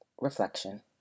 Reflection